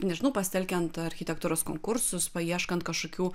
nežinau pasitelkiant architektūros konkursus paieškant kažkokių